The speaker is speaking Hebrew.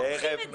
שמורחים את זה.